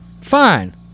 fine